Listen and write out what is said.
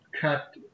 cut